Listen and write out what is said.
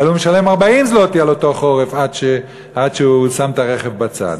אלא הוא משלם 40 זלוטי על אותו חורף עד שהוא שם את הרכב בצד.